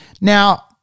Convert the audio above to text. Now